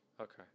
Okay